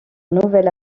nouvel